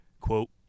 Quote